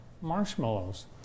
marshmallows